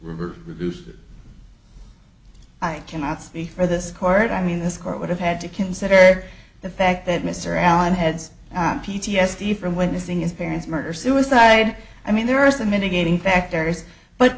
have reduced i cannot speak for this court i mean this court would have had to consider the fact that mr allen heads p t s d from witnessing as parents murder suicide i mean there are some mitigating factors but